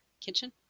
kitchen